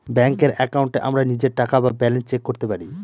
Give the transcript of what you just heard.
ব্যাঙ্কের একাউন্টে আমরা নিজের টাকা বা ব্যালান্স চেক করতে পারি